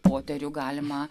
poterių galima